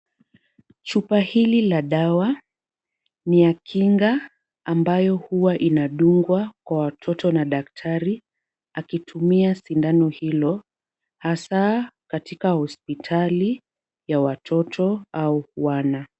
Chupa hili la dawa ni ya kinga ambayo huwa inadungwa kwa watoto na daktari akitumia sindano hilo hasa katika hospitali ya watoto au wana.